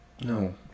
no